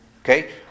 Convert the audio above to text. Okay